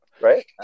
right